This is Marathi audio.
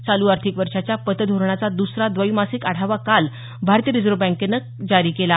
चालू आर्थिक वर्षाच्या पतधोरणाचा द्सरा द्वैमासिक आढावा काल भारतीय रिझर्व्ह बँकेनं काल जारी केला